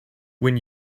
when